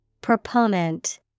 Proponent